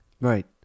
Right